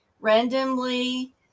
Randomly